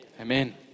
amen